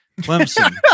Clemson